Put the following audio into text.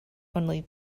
only